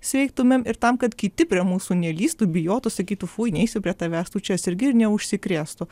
sveiktumėm ir tam kad kiti prie mūsų nelįstų bijotų sakytų fui neisiu prie tavęs tu čia sergi ir neužsikrėstų